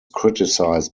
criticized